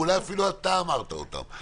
ואולי אפילו אתה אמרת אותם,